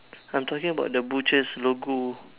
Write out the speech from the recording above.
I'm talking about the butcher's logo